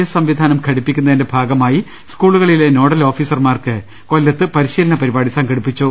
S സംവിധാനം ഘടിപ്പിക്കുന്നതിന്റെ ഭാഗമായി സ്കൂളുകളിലെ നോഡൽ ഓഫീസർമാർക്ക് കൊല്ലത്ത് പരിശീലന പരിപാടി സം ഘടിപ്പിച്ചു